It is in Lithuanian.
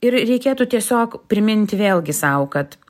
ir reikėtų tiesiog priminti vėlgi sau kad